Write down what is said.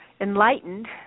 enlightened